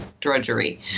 drudgery